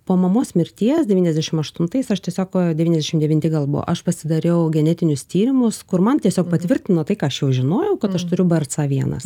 po mamos mirties devyniasdešim aštuntais aš tiesiog devyniasdešim devinti gal buvo aš pasidariau genetinius tyrimus kur man tiesiog patvirtino tai ką aš jau žinojau kad aš turiu brca vienas